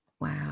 wow